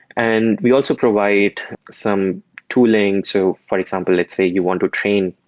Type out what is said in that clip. and we also provide some tooling. so for example, let's say you want to train